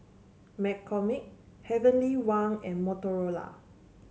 McCormick Heavenly Wang and Motorola